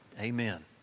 Amen